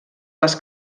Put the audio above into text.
les